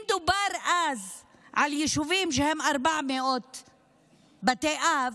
אם דובר אז על יישובים שהם 400 בתי אב,